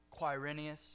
Quirinius